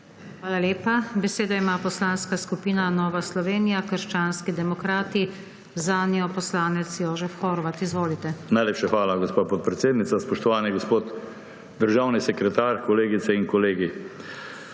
Hvala lepa. Besedo ima Poslanska skupina Nova Slovenija – krščanski demokrati, zanjo poslanec Jožef Horvat. Izvolite. **JOŽEF HORVAT (PS NSi):** Najlepša hvala, gospa podpredsednica. Spoštovani gospod državni sekretar, kolegice in kolegi!